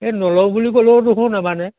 এই নলওঁ বুলি ক'লেও দেখোন নেমানে